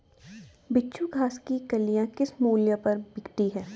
बिच्छू घास की कलियां किस मूल्य पर बिकती हैं?